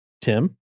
Tim